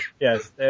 Yes